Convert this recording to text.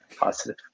positive